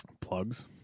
Plugs